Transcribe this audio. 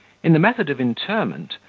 in the method of interment,